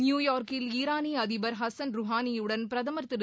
நியூயா்க்கில் ஈரானிய அதிபர் ஹசன் ருகானியுடன் பிரதமர் திரு